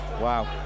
Wow